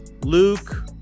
Luke